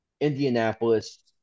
Indianapolis